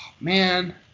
Man